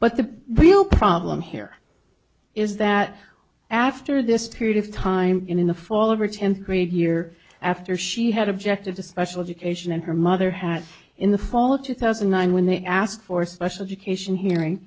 but the real problem here is that after this period of time in the fall over temporary year after she had objected to special education and her mother had in the fall of two thousand and nine when they asked for special education hearing